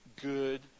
good